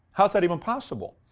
how is that even possible?